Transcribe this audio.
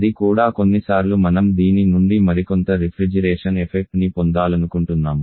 అది కూడా కొన్నిసార్లు మనం దీని నుండి మరికొంత రిఫ్రిజిరేషన్ ఎఫెక్ట్ ని పొందాలనుకుంటున్నాము